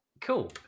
cool